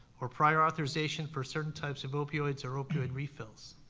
or prior authorization for certain types of opioids or opioid refills.